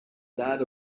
that